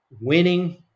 winning